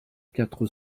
quatre